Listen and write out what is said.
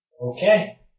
Okay